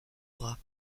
bras